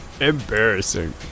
Embarrassing